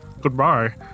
Goodbye